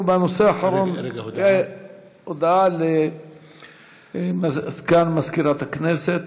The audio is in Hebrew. הודעה לסגן מזכירת הכנסת.